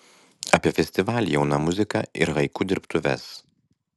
apie festivalį jauna muzika ir haiku dirbtuves